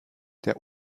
der